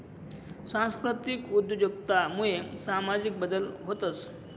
सांस्कृतिक उद्योजकता मुये सामाजिक बदल व्हतंस